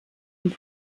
und